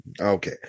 Okay